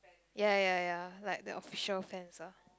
ya ya ya like the official fans ah